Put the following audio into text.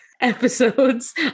Episodes